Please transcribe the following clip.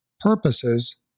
purposes